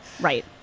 Right